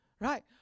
Right